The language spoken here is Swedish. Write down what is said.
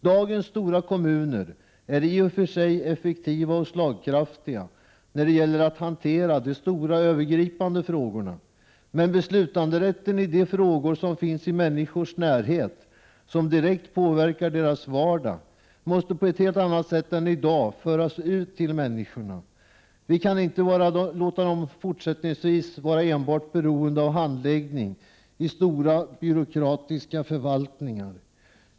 Dagens stora kommuner är i och för sig effektiva och slagkraftiga när det gäller att hantera de stora övergripande frågorna. Men beslutanderätten i de frågor som finns i människors närhet som direkt påverkar deras vardag måste på ett helt annat sätt än i dag föras ut till människorna. Vi kan fortsättningsvis inte enbart låta dem vara beroende av handläggning i stora byråkratiska förvaltningar.